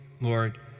Lord